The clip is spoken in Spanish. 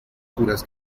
curas